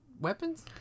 weapons